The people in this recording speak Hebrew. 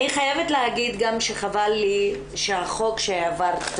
אני חייבת להגיד גם שחבל לי שהחוק שהעברת,